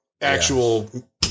actual